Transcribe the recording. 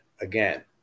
again